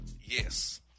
Yes